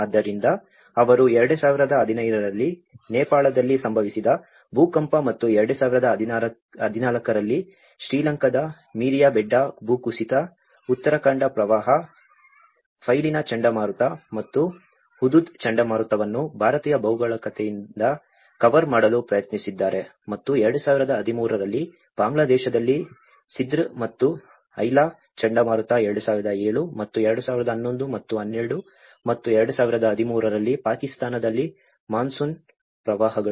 ಆದ್ದರಿಂದ ಅವರು 2015 ರಲ್ಲಿ ನೇಪಾಳದಲ್ಲಿ ಸಂಭವಿಸಿದ ಭೂಕಂಪ ಮತ್ತು 2014 ರಲ್ಲಿ ಶ್ರೀಲಂಕಾದ ಮೀರಿಯಾಬೆಡ್ಡಾ ಭೂಕುಸಿತ ಉತ್ತರಾಖಂಡ ಪ್ರವಾಹ ಫೈಲಿನ್ ಚಂಡಮಾರುತ ಮತ್ತು ಹುದುದ್ ಚಂಡಮಾರುತವನ್ನು ಭಾರತೀಯ ಭೌಗೋಳಿಕತೆಯಿಂದ ಕವರ್ ಮಾಡಲು ಪ್ರಯತ್ನಿಸಿದ್ದಾರೆ ಮತ್ತು 2013 ರಲ್ಲಿ ಬಾಂಗ್ಲಾದೇಶದಲ್ಲಿ ಸಿದ್ರ್ ಮತ್ತು ಐಲಾ ಚಂಡಮಾರುತ 2007 ಮತ್ತು 2011 ಮತ್ತು 2012 ಮತ್ತು 2013 ರಲ್ಲಿ ಪಾಕಿಸ್ತಾನದಲ್ಲಿ ಮಾನ್ಸೂನ್ ಪ್ರವಾಹಗಳು